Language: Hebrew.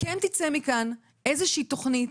תצא איזושהי תוכנית,